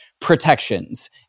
protections